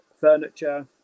furniture